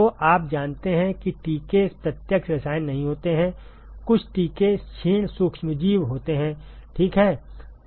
तो आप जानते हैं कि टीके प्रत्यक्ष रसायन नहीं होते हैं कुछ टीके क्षीण सूक्ष्मजीव होते हैं ठीक है